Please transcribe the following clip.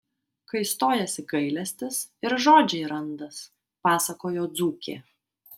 kai stojasi gailestis ir žodžiai randas pasakojo dzūkė